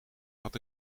had